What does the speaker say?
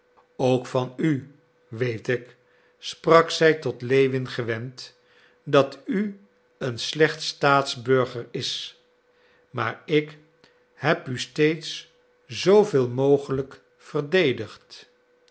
ook van u weet ik sprak zij tot lewin gewend dat u een slecht staatsburger is maar ik heb u steeds zooveel mogelijk verdedigd